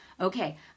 Okay